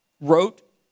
wrote